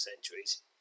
centuries